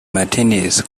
martinis